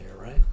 right